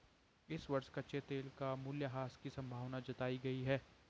इस वर्ष कच्चे तेल का मूल्यह्रास की संभावना जताई गयी है